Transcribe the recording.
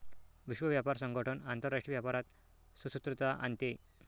विश्व व्यापार संगठन आंतरराष्ट्रीय व्यापारात सुसूत्रता आणते